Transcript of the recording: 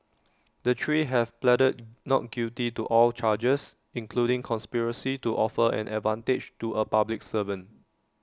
the three have pleaded not guilty to all charges including conspiracy to offer an advantage to A public servant